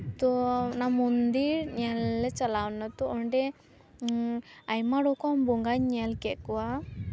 ᱛᱚ ᱚᱱᱟ ᱢᱚᱱᱫᱤᱨ ᱧᱮᱞ ᱞᱮ ᱪᱟᱞᱟᱣᱱᱟ ᱛᱚ ᱚᱸᱰᱮ ᱟᱭᱢᱟ ᱨᱚᱠᱚᱢ ᱵᱚᱸᱜᱟᱧ ᱧᱮᱞ ᱠᱮᱫ ᱠᱚᱣᱟ